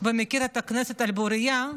ומכיר את הכנסת על בורייה: